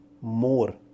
more